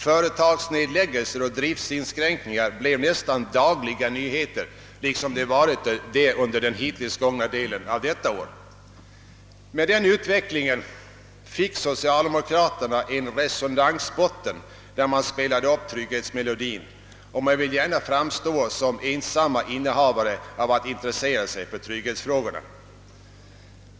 Företagsnedläggelser och driftsinskränkningar blev då nästan dagliga nyheter, liksom de varit det under den hittills gångna delen av detta år. Med den utvecklingen fick socialdemokraterna en resonansbotten, när man spelade upp trygghetsmelodin, och man vill nu gärna framstå som om man varit ensam om att intressera sig för trygghetsfrågorna.